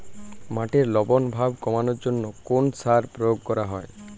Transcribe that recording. মাটির লবণ ভাব কমানোর জন্য কোন সার প্রয়োগ করা হয়?